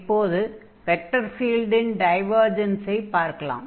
இப்போது வெக்டர் ஃபீல்டின் டைவர்ஜன்ஸை பார்க்கலாம்